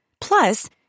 Plus